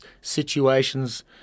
situations